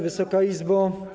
Wysoka Izbo!